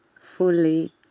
fully